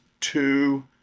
two